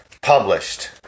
published